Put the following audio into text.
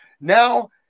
Now